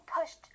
pushed